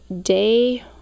day